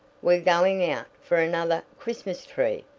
we're going out for another christmas tree!